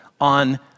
on